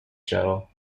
shuttle